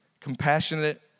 compassionate